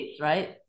Right